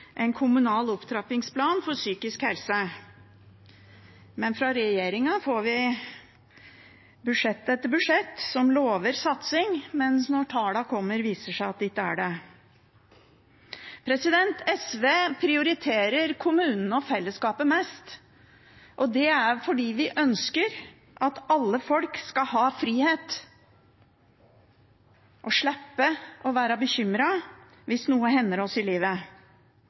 en kommunal opptrappingsplan for psykisk helse. Fra regjeringen får vi budsjett etter budsjett som lover satsing, men når tallene kommer, viser det seg at det ikke er det. SV prioriterer kommunene og fellesskapet mest, og det er fordi vi ønsker at alle folk skal ha frihet og slippe å være bekymret hvis noe hender dem i livet.